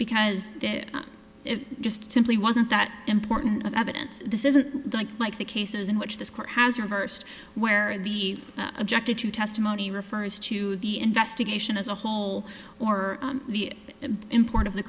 because it just simply wasn't that important evidence this isn't like the cases in which this court has reversed where the objected to testimony refers to the investigation as a whole or the import of the